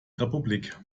republik